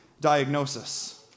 diagnosis